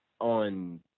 on